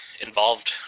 involved